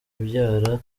umubyara